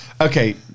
okay